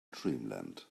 dreamland